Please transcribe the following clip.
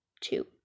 two